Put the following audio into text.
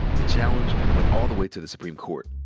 the challenge went all the way to the supreme court.